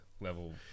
level